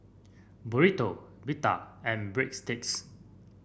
Burrito Pita and Breadsticks